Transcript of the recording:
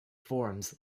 forums